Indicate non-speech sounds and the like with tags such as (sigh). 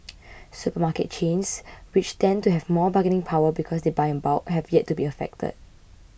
(noise) supermarket chains which tend to have more bargaining power because they buy in bulk have yet to be affected